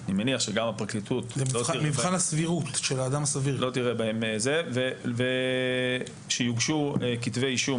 אני מניח שגם הפרקליטות תראה אותם כך ושיוגשו כתבי אישום